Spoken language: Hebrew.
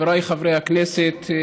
חבריי חברי הכנסת,